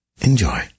enjoy